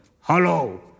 Hello